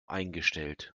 eingestellt